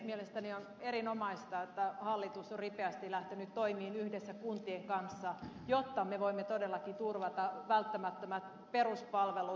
mielestäni on erinomaista että hallitus on ripeästi lähtenyt toimiin yhdessä kuntien kanssa jotta me voimme todellakin turvata välttämättömät peruspalvelut